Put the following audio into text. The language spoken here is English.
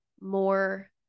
more